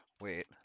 wait